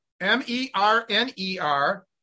M-E-R-N-E-R